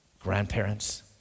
grandparents